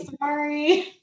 sorry